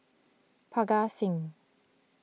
Parga Singh